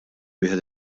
wieħed